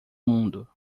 mundo